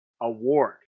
award